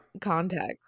context